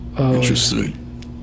interesting